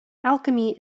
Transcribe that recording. alchemy